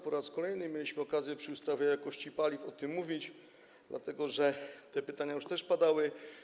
Po raz kolejny mieliśmy okazję przy ustawie o jakości paliw o tym mówić, dlatego że te pytania już padały.